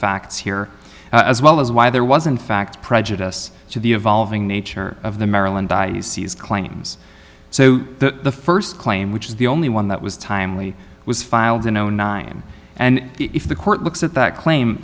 facts here as well as why there wasn't facts prejudice to the evolving nature of the maryland diocese claims so the first claim which is the only one that was timely was filed in zero nine and if the court looks at that claim